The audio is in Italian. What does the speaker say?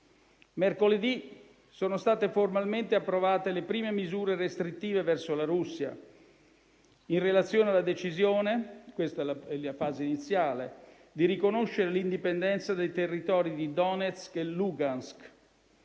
Mercoledì sono state formalmente approvate le prime misure restrittive verso la Russia, in relazione alla decisione - questa è la fase iniziale - di riconoscere l'indipendenza dei territori di Donetsk e Lugansk.